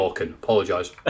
apologise